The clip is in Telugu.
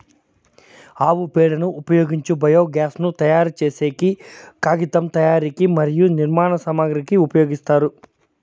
ఆవు పేడను ఉపయోగించి బయోగ్యాస్ ను తయారు చేసేకి, కాగితం తయారీకి మరియు నిర్మాణ సామాగ్రి కి ఉపయోగిస్తారు